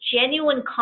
genuine